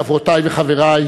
חברותי וחברי,